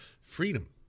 freedom